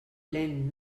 lent